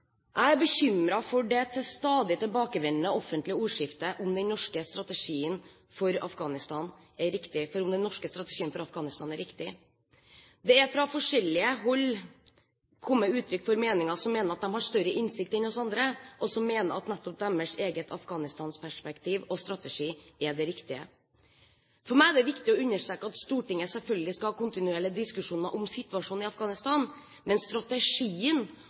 Jeg er bekymret for det til stadighet tilbakevendende offentlige ordskiftet om hvorvidt den norske strategien for Afghanistan er riktig. Det er fra forskjellige hold kommet meninger til uttrykk som går på at de har større innsikt enn oss andre, og som går på at nettopp deres eget Afghanistan-perspektiv og deres strategi er det riktige. For meg er det viktig å understreke at Stortinget selvfølgelig skal ha kontinuerlige diskusjoner om situasjonen i Afghanistan, men strategien